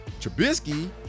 Trubisky